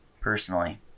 personally